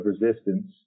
resistance